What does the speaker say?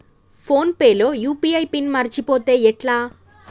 Phone pay లో UPI PIN మరచిపోతే ఎట్లా?